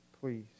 Please